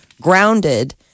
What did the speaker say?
Grounded